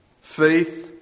Faith